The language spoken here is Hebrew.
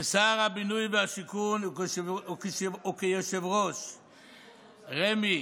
כשר הבינוי והשיכון וכיושב-ראש רמ"י,